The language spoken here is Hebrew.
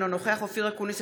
אינו נוכח אופיר אקוניס,